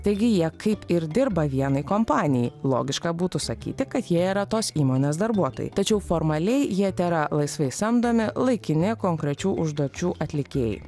taigi jie kaip ir dirba vienai kompanijai logiška būtų sakyti kad jie yra tos įmonės darbuotojai tačiau formaliai jie tėra laisvai samdomi laikini konkrečių užduočių atlikėjai